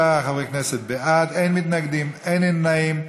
47 חברי כנסת בעד, אין מתנגדים, אין נמנעים.